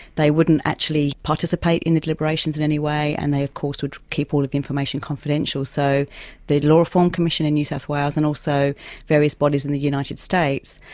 they wouldn't actually participate in the deliberations in any way and they of course would keep all of the information confidential, so the law reform commission in new south wales and also various bodies in the united states,